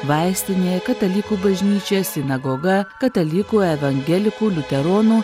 vaistinė katalikų bažnyčia sinagoga katalikų evangelikų liuteronų